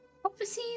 Prophecies